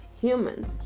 humans